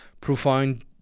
profound